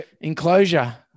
enclosure